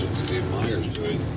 steve meyer's doing